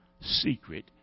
Secret